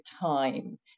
time